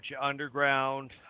Underground